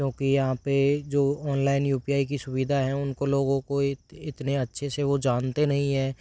क्योंकि यहाँ पर जो ऑनलाइन यू पी आई की सुविधा हैं उनको लोगों को इतने अच्छे से वह जानते नहीं हैं